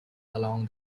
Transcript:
along